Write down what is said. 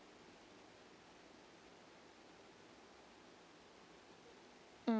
mm